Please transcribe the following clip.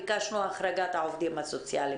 ביקשנו החרגת העובדים הסוציאליים.